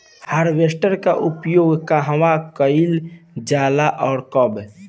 Harvester का उपयोग कहवा कइल जाला और कब?